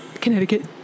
Connecticut